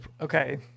okay